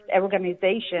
organization